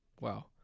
Wow